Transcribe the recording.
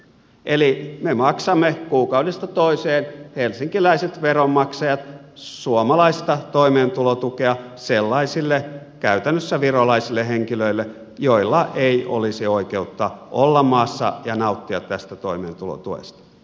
eli me maksamme kuukaudesta toiseen helsinkiläiset veronmaksajat suomalaista toimeentulotukea sellaisille käytännössä virolaisille henkilöille joilla ei olisi oikeutta olla maassa ja nauttia tästä toimeentulotuesta